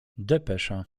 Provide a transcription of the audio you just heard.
depesza